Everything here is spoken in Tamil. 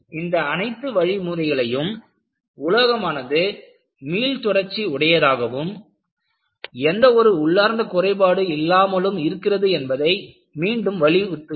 இந்த அனைத்து வழிமுறைகளும் உலோகமானது மீள் தொடர்ச்சி உடையதாகவும் எந்த ஒரு உள்ளார்ந்த குறைபாடு இல்லாமலும் இருக்கிறது என்பதை மீண்டும் வலியுறுத்துகிறது